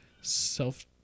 self